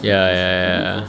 ya ya ya ya